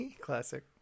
Classic